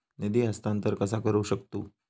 निधी हस्तांतर कसा करू शकतू?